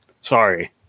Sorry